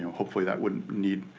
hopefully that wouldn't need,